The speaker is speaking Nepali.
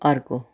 अर्को